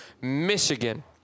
Michigan